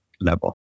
level